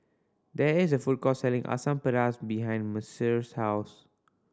there is a food court selling Asam Pedas behind Mercer's house